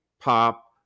pop